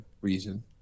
reason